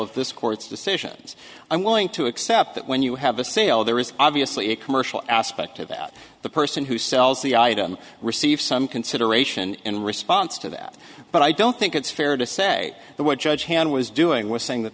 of this court's decisions i'm willing to accept that when you have a sale there is obviously a commercial aspect to that the person who sells the item receive some consideration in response to that but i don't think it's fair to say the word judge han was doing was saying that